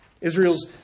Israel's